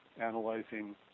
analyzing